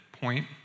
point